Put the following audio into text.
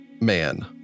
man